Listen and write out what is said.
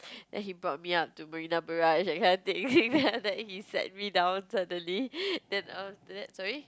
then he brought me up to Marina-Barrage that kind of thing then I was like he sat me down suddenly then after that sorry